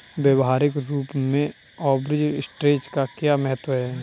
व्यवहारिक रूप में आर्बिट्रेज का क्या महत्व है?